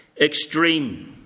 extreme